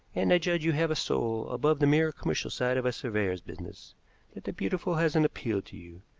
and i judge you have a soul above the mere commercial side of a surveyor's business that the beautiful has an appeal to you.